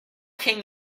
came